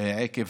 עקב